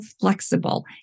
flexible